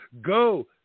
Go